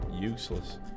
useless